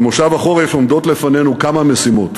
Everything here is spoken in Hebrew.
במושב החורף עומדות לפנינו כמה משימות: